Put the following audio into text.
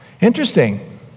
Interesting